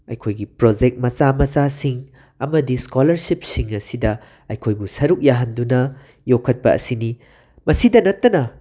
ꯑꯩꯈꯣꯏꯒꯤ ꯄ꯭ꯔꯣꯖꯦꯛ ꯃꯆꯥ ꯃꯆꯥꯁꯤꯡ ꯑꯃꯗꯤ ꯁ꯭ꯀꯣꯂꯔꯁꯤꯞꯁꯤꯡ ꯑꯁꯤꯗ ꯑꯩꯈꯣꯏꯕꯨ ꯁꯔꯨꯛ ꯌꯥꯍꯟꯗꯨꯅ ꯌꯣꯛꯈꯠꯄ ꯑꯁꯤꯅꯤ ꯃꯁꯤꯗ ꯅꯠꯇꯅ